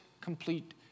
complete